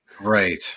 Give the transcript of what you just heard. Right